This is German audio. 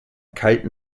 kalten